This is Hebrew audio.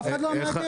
אף אחד לא היה מעכב.